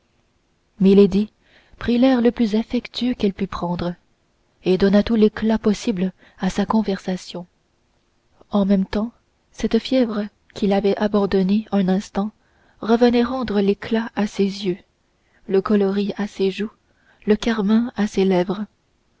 prit l'air le plus affectueux qu'elle put prendre et donna tout l'éclat possible à sa conversation en même temps cette fièvre qui l'avait abandonnée un instant revenait rendre l'éclat à ses yeux le coloris à ses joues le carmin à ses lèvres